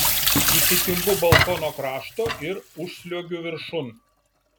įsikimbu balkono krašto ir užsliuogiu viršun